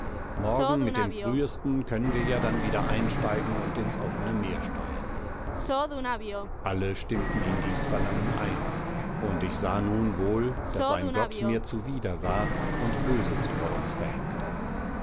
morgen mit dem frühesten können wir ja dann wieder einsteigen und ins offene meer steuern alle stimmten in dies verlangen ein und ich sah nun wohl daß ein gott mir zuwider war und böses über uns verhängte